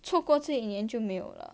错过这一年就没有了